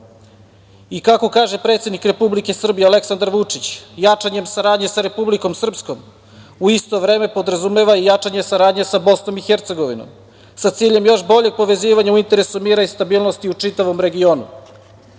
Evra. Kako kaže predsednik Republike Srbije, Aleksandar Vučić, jačanjem saradnje sa Republikom Srpskom u isto vreme podrazumeva i jačanje saradnje sa Bosnom i Hercegovinom, sa ciljem još boljeg povezivanja u interesu mira i stabilnosti u čitavom regionu.U